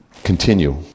Continue